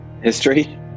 history